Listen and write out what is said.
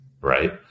Right